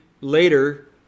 later